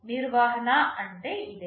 నిర్వహణ అంటే ఇదే